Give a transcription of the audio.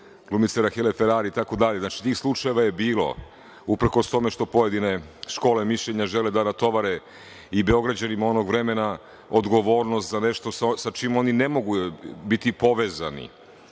glumice Rahele Ferari itd. Znači, tih slučajeva je bilo uprkos tome što pojedine škole mišljenja žele da natovare i Beograđanima onog vremena odgovornost za nešto sa čim oni ne mogu biti povezani.